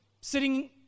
sitting